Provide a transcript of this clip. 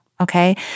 Okay